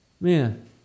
Man